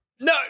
No